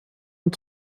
und